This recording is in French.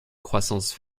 croissance